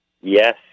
Yes